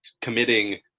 committing